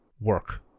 work